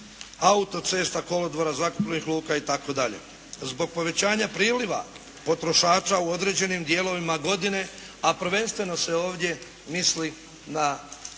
autocesta, kolodvora, zrakoplovnih luka itd. Zbog povećanja priliva potrošača u određenim dijelovima godine, a prvenstveno se ovdje misli na